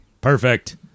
Perfect